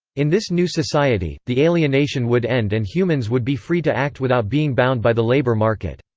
in this new society, the alienation would end and humans would be free to act without being bound by the labour market.